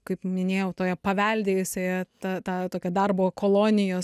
kaip minėjau toje paveldėjusioje tą tą tokią darbo kolonijos